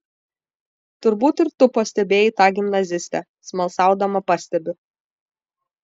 turbūt ir tu pastebėjai tą gimnazistę smalsaudama pastebiu